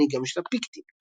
מנהיגם של הפיקטים.